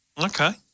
Okay